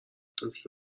دکتر